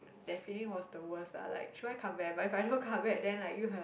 that feeling was the worst la like should I come back but if I don't come back then like you